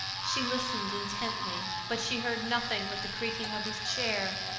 she listened intently, but she heard nothing but the creaking of his chair.